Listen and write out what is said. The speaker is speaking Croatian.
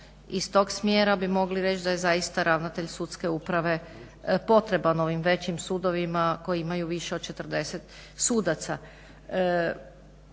iz tog smjera bi mogli reći da je zaista ravnatelj sudske uprave potreban ovim većim sudovima koji imaju više od 40 sudaca.